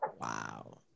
Wow